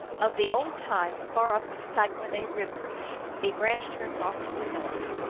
of the old time. far up the saguenay river a branch turns off to the north,